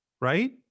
Right